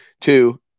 Two